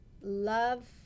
love